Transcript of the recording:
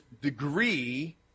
degree